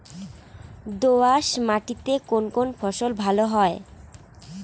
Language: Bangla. দোঁয়াশ মাটিতে কোন কোন ফসল ভালো হয়?